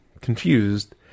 confused